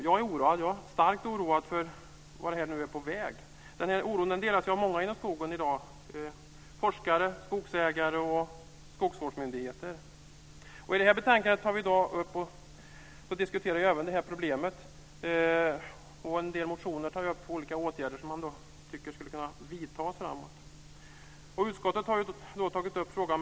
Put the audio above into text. Jag är oroad - ja, starkt oroad - för vart det nu är på väg. Den oron delas i dag av många som har beröring med skogen - forskare, skogsägare och skogsvårdsmyndigheter. I betänkandet diskuteras även detta problem, och en del motioner tar upp olika åtgärder som skulle kunna vidtas framöver. Utskottet har tagit upp frågan.